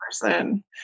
person